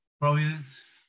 providence